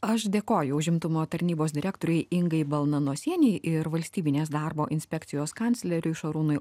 aš dėkoju užimtumo tarnybos direktorei ingai balnanosienei ir valstybinės darbo inspekcijos kancleriui šarūnui